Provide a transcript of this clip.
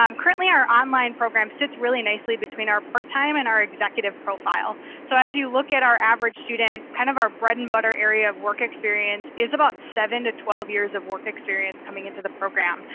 um currently our online program sits really nicely between our part-time and our executive profile. so as you look at our average student, kind of our bread and butter area of work experience is about seven to twelve years of work experience coming into the program.